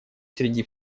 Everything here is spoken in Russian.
среди